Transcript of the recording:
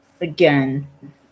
again